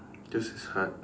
this is hard